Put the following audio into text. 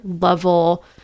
level